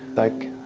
like,